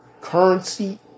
currency